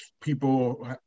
people